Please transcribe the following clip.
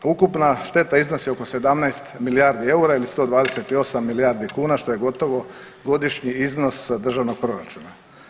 Ukupna šteta iznosi oko 17 milijardi eura ili 128 milijardi kuna što je gotovo godišnji iznos državnog proračuna.